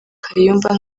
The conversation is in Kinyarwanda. kayumba